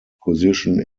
position